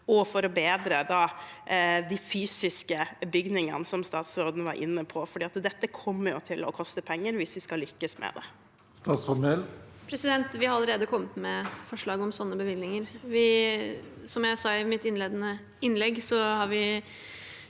og for å bedre de fysiske bygningene, som statsråden var inne på? Dette kommer til å koste penger hvis vi skal lykkes med det. Statsråd Emilie Mehl Vi har allerede kommet med forslag om slike bevilgninger. Som jeg sa i mitt innledende innlegg, foreslo vi